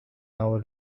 our